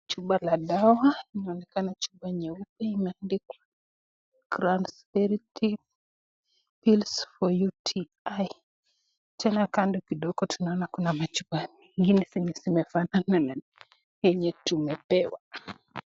Chupa la dawa, linaonekana chupa nyeupe, imeandikwa Cranberry Pills for UTI . Tena kando kidogo tunaona kuna machupa zingine zenye zimefanana na yenye tumepewa.